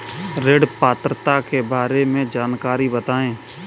ऋण पात्रता के बारे में जानकारी बताएँ?